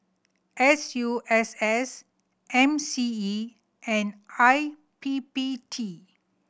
S U S S M C E and I P P T